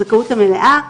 הזכאות המלאה,